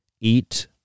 Eat